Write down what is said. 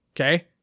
Okay